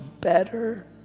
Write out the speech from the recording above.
better